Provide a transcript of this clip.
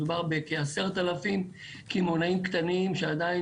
מדובר בכ-10,000 קמעונאים קטנים שעדיין